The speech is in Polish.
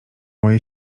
mojej